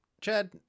Chad